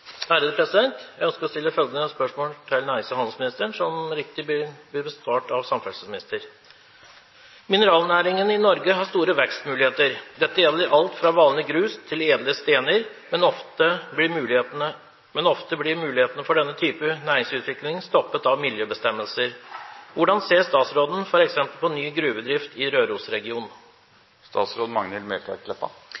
blir besvart av samferdselsministeren: «Mineralnæringen i Norge har store vekstmuligheter. Dette gjelder alt fra vanlig grus til edle stener, men ofte blir mulighetene for denne type næringsutvikling stoppet av miljøbestemmelser. Hvordan ser statsråden for eksempel på ny gruvedrift i